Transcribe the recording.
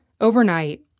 Overnight